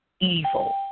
evil